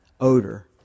odor